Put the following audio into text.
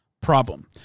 problem